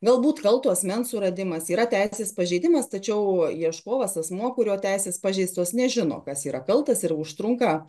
galbūt kalto asmens suradimas yra teisės pažeidimas tačiau ieškovas asmuo kurio teisės pažeistos nežino kas yra kaltas ir užtrunka